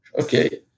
Okay